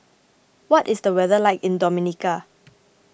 what is the weather like in Dominica